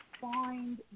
find